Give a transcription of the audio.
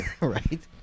Right